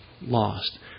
Lost